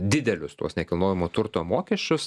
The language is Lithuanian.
didelius tuos nekilnojamojo turto mokesčius